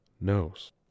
knows